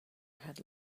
had